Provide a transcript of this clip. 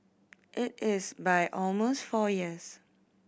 it is by almost four years